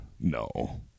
No